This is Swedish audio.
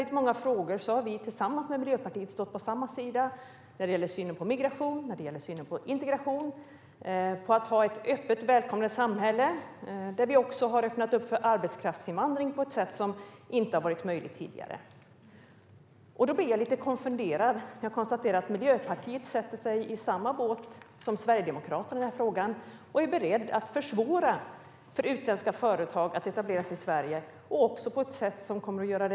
I många frågor har ju vi och Miljöpartiet stått på samma sida. Det har gällt synen på migration, integration och att ha ett öppet och välkomnande samhälle, där vi också har öppnat för arbetskraftsinvandring på ett sätt som inte har varit möjligt tidigare. Då blir jag lite konfunderad när jag konstaterar att Miljöpartiet sätter sig i samma båt som Sverigedemokraterna i den här frågan och är berett att försvåra för utländska företag att etablera sig i Sverige, också på ett sätt som är riskfyllt.